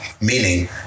Meaning